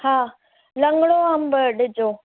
हा लंगड़ो अंब ॾिजो